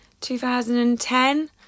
2010